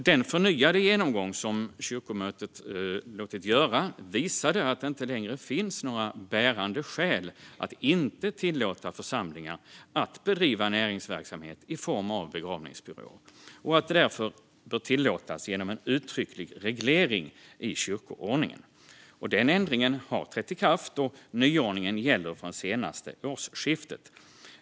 Den förnyade genomgång som kyrkomötet lät göra visade att det inte längre finns några bärande skäl att inte tillåta församlingar att bedriva näringsverksamhet i form av begravningsbyråer och att det därför bör tillåtas genom en uttrycklig reglering i kyrkoordningen. Ändringen har trätt i kraft, och nyordningen gäller från det senaste årsskiftet.